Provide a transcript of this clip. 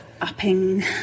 upping